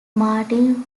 martin